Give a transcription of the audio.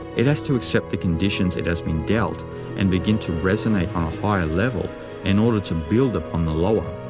it has to accept the conditions it has been dealt and begin to resonate on a higher level in order to build upon the lower.